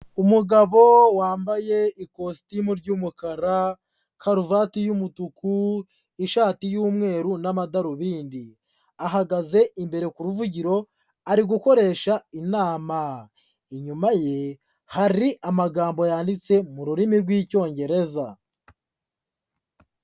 Umugabo wambaye ikositimu ry'umukara, karuvati y'umutuku, ishati y'umweru n'amadarubindi. Ahagaze imbere ku ruvugiro ari gukoresha inama, inyuma ye hari amagambo yanditse mu rurimi rw'Icyongereza.